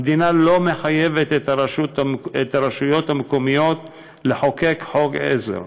המדינה לא מחייבת את הרשויות המקומיות לחוקק חוק עזר,